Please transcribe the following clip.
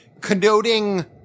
connoting